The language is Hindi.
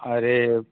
अरे